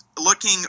looking